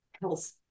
health